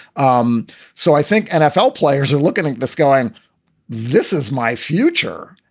um so i think nfl players are looking at this going this is my future.